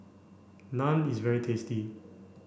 naan is very tasty